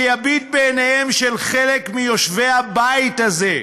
שיביט בעיניהם של חלק מיושבי הבית הזה,